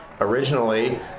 originally